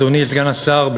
אדוני סגן השר,